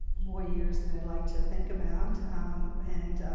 more years than i like to think about and,